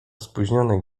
spóźnionej